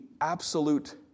absolute